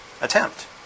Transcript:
attempt